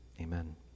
amen